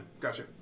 Gotcha